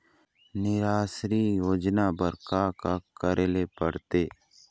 निराश्री योजना बर का का करे ले पड़ते?